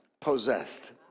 possessed